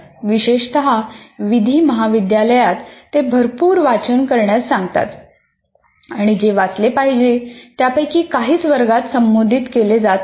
विशेषत विधी महाविद्यालयात ते भरपूर वाचन करण्यास सांगतात आणि जे वाचले पाहिजे त्यापैकी काहीच वर्गात संबोधित केले जात नाही